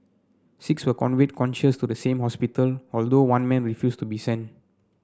six were conveyed conscious to the same hospital although one man refused to be sent